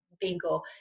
Bingo